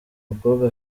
mukobwa